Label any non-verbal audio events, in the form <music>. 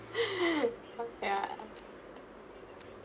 <laughs> ya